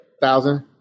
thousand